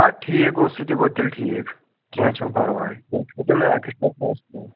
اَدٕ ٹھیٖک گوٚو سُہ تہِ گوٚو تیٚلہِ ٹھیٖک کیٚنٛہہ چھُنہٕ پرٕواے تیٚلہِ کھٔسَن نہٕ ایٚکٕسٹرا پۅنٛسہٕ کیٚنٛہہ